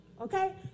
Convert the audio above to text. Okay